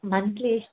monthly